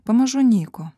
pamažu nyko